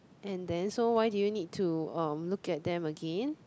and then so why do you need to look at them again